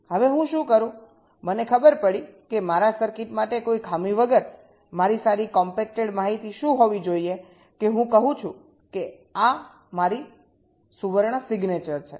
હવે હું શું કરું મને ખબર પડી કે મારા સર્કિટ માટે કોઈ ખામી વગર મારી સારી કોમ્પેક્ટેડ માહિતી શું હોવી જોઈએ કે હું કહું છું કે આ મારી સુવર્ણ સિગ્નેચર છે